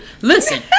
Listen